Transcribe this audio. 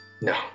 No